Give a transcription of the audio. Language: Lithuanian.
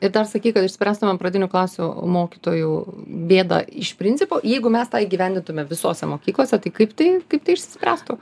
ir dar sakyk kad išspręstumėm pradinių klasių mokytojų bėdą iš principo jeigu mes tą įgyvendintume visose mokyklose tai kaip tai kaip tai išsispręstų